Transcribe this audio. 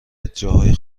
جاهای